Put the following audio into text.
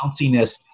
bounciness